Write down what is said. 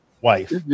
wife